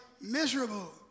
miserable